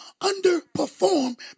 underperform